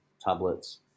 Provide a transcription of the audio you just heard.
tablets